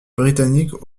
britanniques